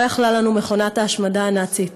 לא יכלה לנו מכונת ההשמדה הנאצית.